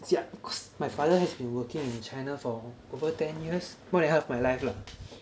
see ah cause my father has been working in China for over ten years more than half of my life